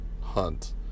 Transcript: Hunt